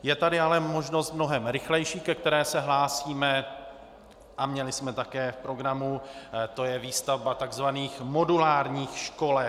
Je tady ale možnost mnohem rychlejší, ke které se hlásíme a měli jsme také v programu, to je výstavba tzv. modulárních školek.